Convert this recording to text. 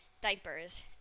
diapers